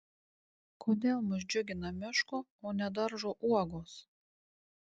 kodėl mus džiugina miško o ne daržo uogos